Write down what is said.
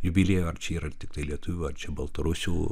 jubiliejų ar čia yra tiktai lietuvių ar baltarusių